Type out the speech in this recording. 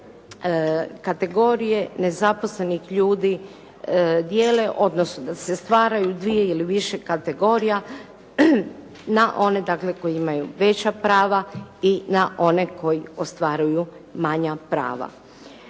da se kategorije nezaposlenih ljudi dijele odnosno da se stvaraju dvije ili više kategorija na one dakle koji imaju veća prava i na one koji ostvaruju manja prava.